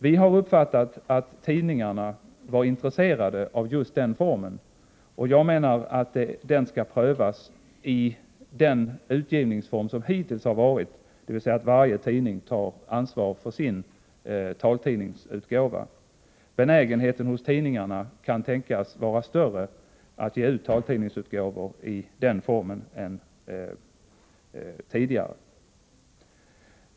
Vi har uppfattat att tidningarna var intresserade av den formen, och jag menar att just den skall prövas, och i den utgivningsform som hittills varit, dvs. att varje tidning tar ansvar för sin taltidningsutgåva. Benägenheten hos tidningarna kan tänkas vara större att ge ut taltidningsutgåvor i den formen än tidigare.